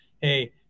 hey